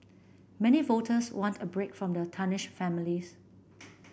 many voters want a break from the tarnished families